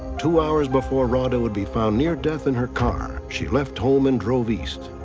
two hours before radha would be found near death in her car, she left home and drove east.